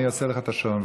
אני אפעיל לך את השעון.